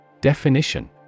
Definition